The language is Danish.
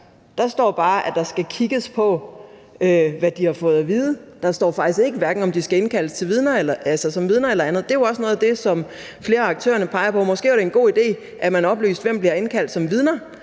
Der står bare, der skal kigges på, hvad de har fået at vide. Der står faktisk ikke, om de skal indkaldes som vidner eller andet. Det er jo også noget af det, som flere af aktørerne peger på. Måske var det en god idé, at man oplyste, hvem der bliver indkaldt som vidner